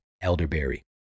elderberry